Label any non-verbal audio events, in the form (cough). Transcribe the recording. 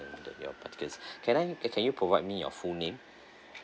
you know that your particulars (breath) can I ca~ can you provide me your full name